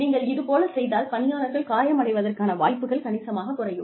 நீங்கள் இதுபோல செய்தால் பணியாளர்கள் காயம் அடைவதற்கான வாய்ப்புகள் கணிசமாகக் குறையும்